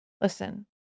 listen